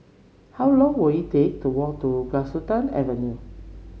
how long will it take to walk to Galistan Avenue